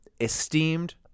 esteemed